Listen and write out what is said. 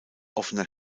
offener